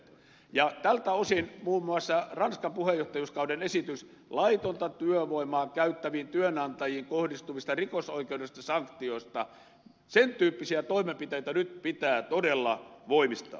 ja tältä osin muun muassa ranskan puheenjohtajuuskauden esitys laitonta työvoimaa käyttäviin työnantajiin kohdistuvista rikosoikeudellisista sanktioista sen tyyppisiä toimenpiteitä nyt pitää todella voimistaa